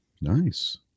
nice